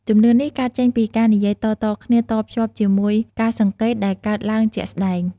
ជំនឿនេះកើតចេញពីការនិយាយតៗគ្នា តភ្ជាប់ជាមួយការសង្កេតដែលកើតឡើងជាក់ស្តែង។